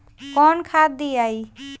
कौन खाद दियई?